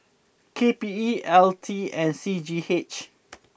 K P E L T and C G H